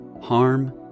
harm